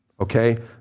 Okay